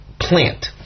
plant